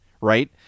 right